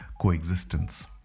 coexistence